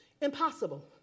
Impossible